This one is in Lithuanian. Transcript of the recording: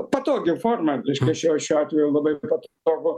patogi forma reiškia šiuo šiuo atveju labai patogu